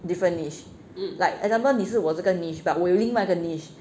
different niche like example 你是我这个 niche but 我有另外的 niche